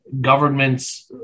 governments